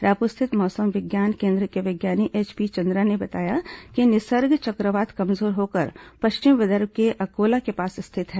रायपुर स्थित मौसम विज्ञान केन्द्र के विज्ञानी एचपी चंद्रा ने बताया कि निसर्ग चक्रवात कमजोर होकर पश्चिम विदर्भ के अकोला के पास स्थित है